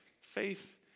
faith